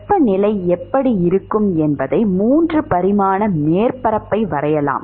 வெப்பநிலை எப்படி இருக்கும் என்பதை 3 பரிமாண மேற்பரப்பை வரையலாம்